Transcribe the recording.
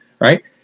right